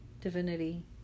divinity